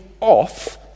off